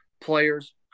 players